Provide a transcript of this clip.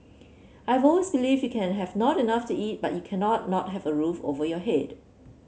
I've always believed you can have not enough to eat but you cannot not have a roof over your head